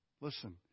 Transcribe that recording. Listen